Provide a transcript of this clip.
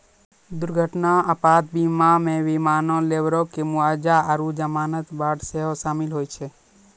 दुर्घटना आपात बीमा मे विमानो, लेबरो के मुआबजा आरु जमानत बांड सेहो शामिल होय छै